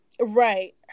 Right